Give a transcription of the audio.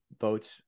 votes